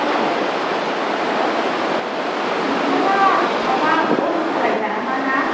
औ हेल' नोंथाङा माबा अट' सालायग्रा नामा ना